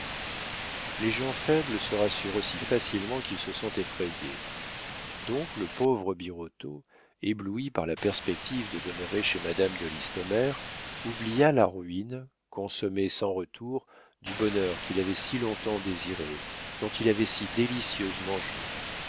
les gens faibles se rassurent aussi facilement qu'ils se sont effrayés donc le pauvre birotteau ébloui par la perspective de demeurer chez madame de listomère oublia la ruine consommée sans retour du bonheur qu'il avait si long-temps désiré dont il avait si délicieusement joui